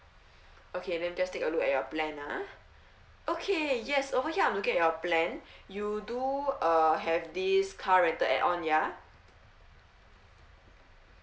okay let me just take a look at your plan ah okay yes over here I'm looking at your plan you do uh have this car rental add on ya